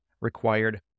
required